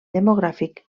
demogràfic